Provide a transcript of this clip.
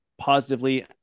positively